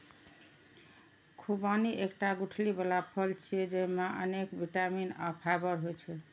खुबानी एकटा गुठली बला फल छियै, जेइमे अनेक बिटामिन आ फाइबर होइ छै